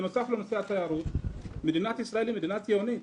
בנוסף לנושא התיירות מדינת ישראל היא מדינה ציונית.